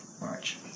march